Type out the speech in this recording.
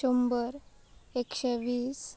शंबर एकशें वीस